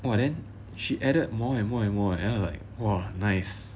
!wah! then she added more and more and more then I like !wah! nice